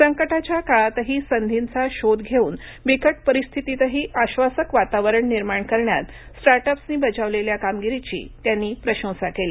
संकटाच्या काळातही संधींचा शोध घेऊन बिकट परिस्थितीतही आब्बासक वातावरण निर्माण करण्यात स्टार्टअप्सनी बजावलेल्या कामगिरीची त्यांनी प्रशंसा केली